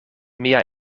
mia